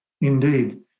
indeed